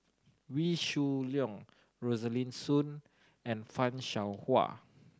Wee Shoo Leong Rosaline Soon and Fan Shao Hua